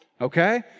okay